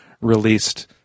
released